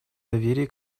доверие